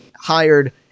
hired